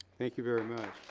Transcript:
thank you very